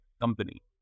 company